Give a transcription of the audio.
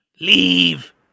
Leave